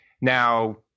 Now